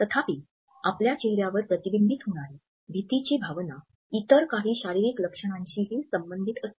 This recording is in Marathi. तथापि आपल्या चेहऱ्यावर प्रतिबिंबित होणारी भीतीची भावना इतर काही शारीरिक लक्षणांशी ही संबंधित असते